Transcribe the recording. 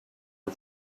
are